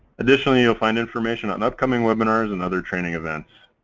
additionally you'll find information on upcoming webinars and other training events.